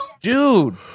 Dude